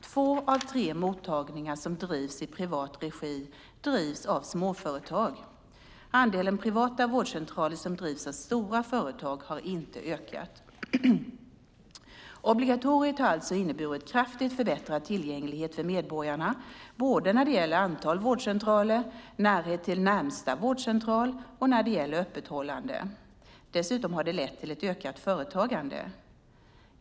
Två av tre mottagningar som drivs i privat regi drivs av småföretag. Andelen privata vårdcentraler som drivs av stora företag har inte ökat. Obligatoriet har alltså inneburit kraftigt förbättrad tillgänglighet för medborgarna både när det gäller antal vårdcentraler, närhet till närmsta vårdcentral och öppethållande. Dessutom har det lett till ett ökat företagande.